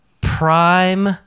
prime